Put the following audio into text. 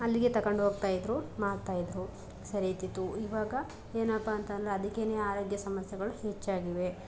ಅಲ್ಲಿಗೆ ತಗೊಂಡು ಹೋಗ್ತಾಯಿದ್ರು ಮಾಡ್ತಾಯಿದ್ರು ಸರಿ ಇರ್ತಿತ್ತು ಈವಾಗ ಏನಪ್ಪ ಅಂತ ಅಂದ್ರೆ ಅದಕ್ಕೇ ಆರೋಗ್ಯ ಸಮಸ್ಯೆಗಳು ಹೆಚ್ಚಾಗಿವೆ